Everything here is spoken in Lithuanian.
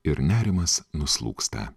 ir nerimas nuslūgsta